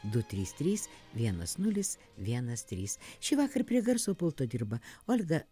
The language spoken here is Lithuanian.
du trys trys vienas nulis vienas trys šįvakar prie garso pulto dirba olga